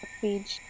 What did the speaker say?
page